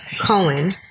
Cohen